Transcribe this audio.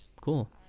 Cool